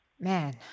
Man